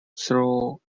through